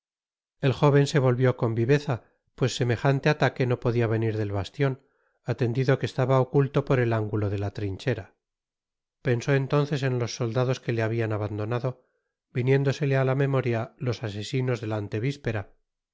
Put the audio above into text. el jóven se volvió con viveza pues semejante ataque no podia venir del bastion atendido que estaba oculto por el ánguto de la trinchera pensó entonces en los soldados que le habian abandonado viniéndosele á la memoria los asesinos de